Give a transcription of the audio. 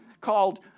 called